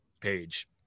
page